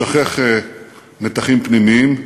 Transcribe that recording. לשכך מתחים פנימיים,